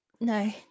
no